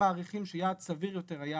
הם מעריכים שיעד סביר יותר היה